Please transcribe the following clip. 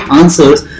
answers